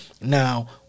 Now